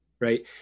right